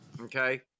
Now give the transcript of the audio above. Okay